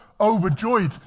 overjoyed